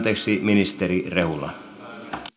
arvoisa herra puhemies